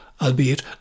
albeit